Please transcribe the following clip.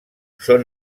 són